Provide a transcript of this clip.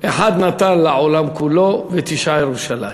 אחד נטל העולם כולם ותשעה, ירושלים.